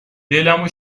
دلمو